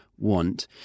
want